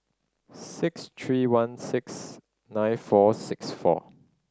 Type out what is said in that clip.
six three one six nine four six four